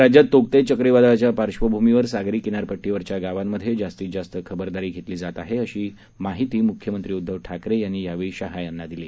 राज्यात तोक्ते चक्रीवादळाच्या पार्श्वभूमीवर सागरी किनारपट्टीवरच्या गावांमध्ये जास्तीत जास्त खबरदारी घेतली जात आहे अशी माहिती म्ख्यमंत्री उदधव ठाकरे यांनी यावेळी शाह यांना दिली